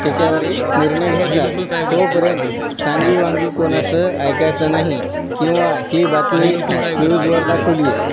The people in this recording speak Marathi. त्याच्यावरी निर्णय घ्यायचा तोपर्यंत सांगी वांगी कोणाचं ऐकायचं नाही किंवा ही बातमी न्यूजवर दाखवली